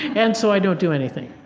and so i don't do anything.